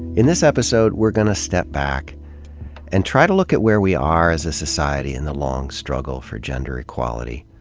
in this episode, we're gonna step back and try to look at where we are as a society in the long struggle for gender equality,